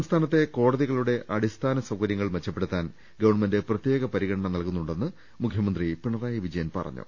സംസ്ഥാനത്തെ കോടതികളുടെ അടിസ്ഥാന്റ് സൌകര്യങ്ഹൾ മെച്ചപ്പെടുത്താൻ ഗവൺമെന്റ് പ്രത്യേക പ്രിഗണ്ന നൽകുന്നു ണ്ടെന്ന് മുഖ്യമന്ത്രി പിണറായി വിജയൻ പറഞ്ഞു